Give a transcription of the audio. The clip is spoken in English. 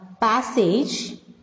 passage